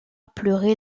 pleurer